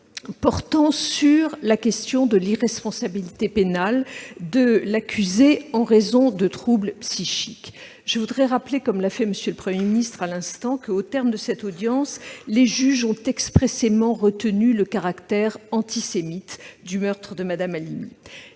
portant sur la question de l'irresponsabilité pénale de l'accusé, en raison de troubles psychiques. Comme l'a indiqué M. le Premier ministre à l'instant, au terme de cette audience, les juges ont expressément retenu le caractère antisémite du meurtre de Mme Halimi.